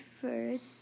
first